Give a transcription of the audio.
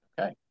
Okay